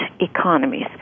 economies